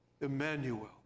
Emmanuel